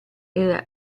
era